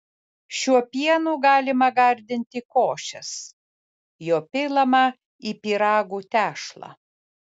šiuo pienu galima gardinti košes jo pilama į pyragų tešlą